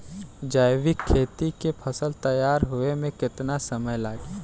जैविक खेती के फसल तैयार होए मे केतना समय लागी?